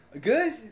Good